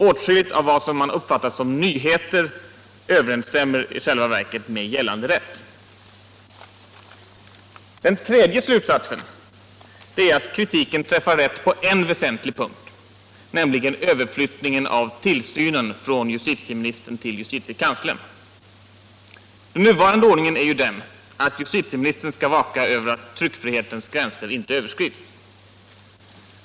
Åtskilligl av det som man uppfattar som nyheter överensstämmer i själva verket med giällande rätt. Den tredje slutsatsen är att kritiken träffar rätt på en viäsentlig punkt, nämligen överflyttningen av tillsynen från justitieministern till justitiekansiern. Den nuvarande ordningen är ju att justitieministern skall vaka över att tryckfrihetens gränser inte överskrids.